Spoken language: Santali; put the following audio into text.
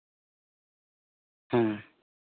ᱦᱮᱸ